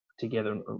together